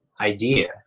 idea